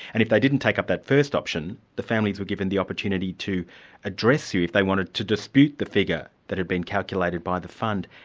and if they didn't take up that first option, the families were given the opportunity to address you if they wanted to dispute the figure that had been calculated by the fund.